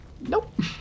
Nope